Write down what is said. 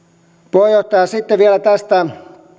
puheenjohtaja sitten vielä tästä